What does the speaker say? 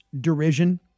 derision